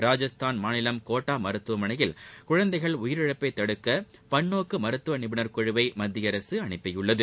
ராஜஸ்தான் மாநிலம் கோட்டா மருத்துவமனையில் குழந்தைகள் உயிரிழப்பைத் தடுக்க பன்நோக்கு மருத்துவ நிபுணர் குழுவை மத்திய அரசு அனுப்பியுள்ளது